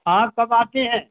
आप कब आते हैं